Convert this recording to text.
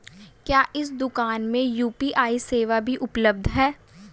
क्या इस दूकान में यू.पी.आई सेवा भी उपलब्ध है?